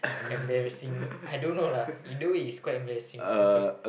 embarrassing I don't know lah either way it's quite embarrassing you know cause